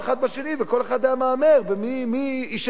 וכל אחד היה מהמר מי יישאר בחיים.